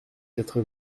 quatre